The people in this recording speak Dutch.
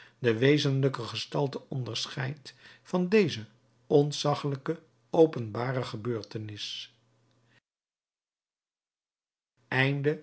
de wezenlijke gestalte onderscheidt van deze ontzaggelijke openbare gebeurtenis